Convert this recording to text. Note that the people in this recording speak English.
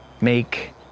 make